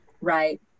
right